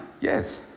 Yes